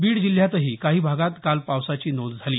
बीड जिल्ह्यातही काही भागात काल पावसाची नोंद झाली